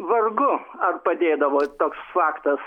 vargu ar padėdavo toks faktas